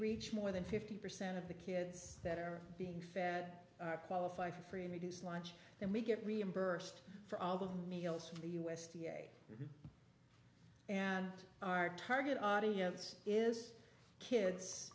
reach more than fifty percent of the kids that are being fed qualify for free and reduced lunch then we get reimbursed for all the meals from the u s d a and our target audience is kids